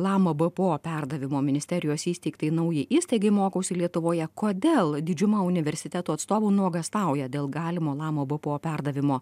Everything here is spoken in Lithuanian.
lama bpo perdavimo ministerijos įsteigtai naujai įstaigai mokausi lietuvoje kodėl didžiuma universitetų atstovų nuogąstauja dėl galimo lama bpo perdavimo